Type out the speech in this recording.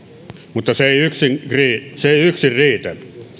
mutta se ei yksin riitä